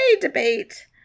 debate